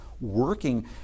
working